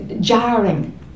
jarring